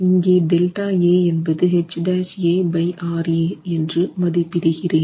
இங்கே ΔA என்பது என்று மதிப்பிடுகிறேன்